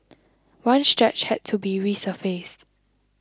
one stretch had to be resurfaced